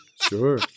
Sure